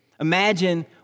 Imagine